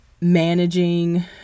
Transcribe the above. managing